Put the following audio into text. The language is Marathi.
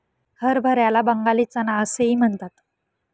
हरभऱ्याला बंगाली चना असेही म्हणतात